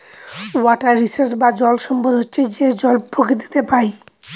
water resource বা জল সম্পদ হচ্ছে যে জল প্রকৃতিতে পাই